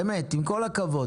באמת עם כל הכבוד,